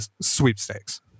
sweepstakes